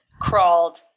crawled